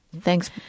Thanks